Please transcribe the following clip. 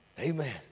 Amen